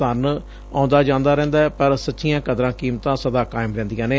ਧਨ ਆਉਂਦਾ ਜਾਂਦਾ ਰਹਿੰਦੈ ਪਰ ਸਚੀਆਂ ਕਦਰਾਂ ਕੀਮਤਾਂ ਸਦਾ ਕਾਇਮ ਰਹਿੰਦੀਆਂ ਨੇ